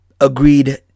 agreed